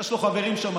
יש לו חברים שם.